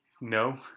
no